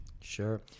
Sure